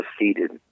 defeated